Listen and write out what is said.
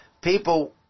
people